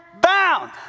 bound